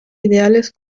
ideales